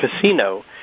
casino